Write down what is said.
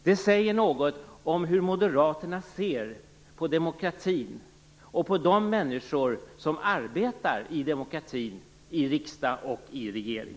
Detta säger något om hur Moderaterna ser på demokrati och på de människor som arbetar i demokratin - i riksdag och i regering.